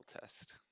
test